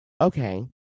okay